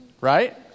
right